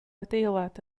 adeilad